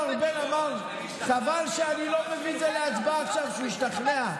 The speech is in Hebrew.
שהוא השתכנע.